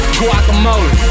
guacamole